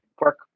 work